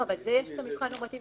בזה לא נוגעים בכלל.